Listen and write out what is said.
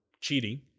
cheating